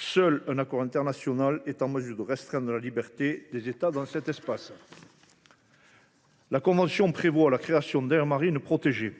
seul un accord international est en mesure de restreindre la liberté des États dans cet espace. La convention tend à la création d’aires marines protégées.